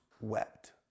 wept